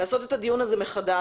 לעשות את הדיון הזה מחדש,